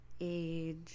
age